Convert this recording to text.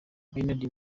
bernard